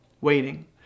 waiting